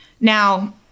Now